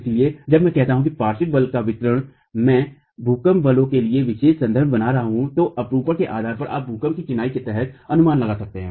इसलिए जब मैं कहता हूं कि पार्श्व बल का वितरण मैं भूकंप बलों के लिए विशेष संदर्भ बना रहा हूं तो अपरूपण के आधार पर आप भूकंप की कार्रवाई के तहत अनुमान लगा सकते हैं